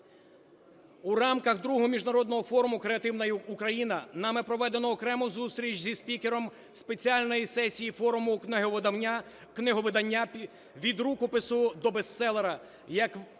У рамках Другого міжнародного форуму "Креативна Україна" нами проведено окрему зустріч зі спікером спеціальної сесії Форуму книговидання "Від рукопису до бестселера: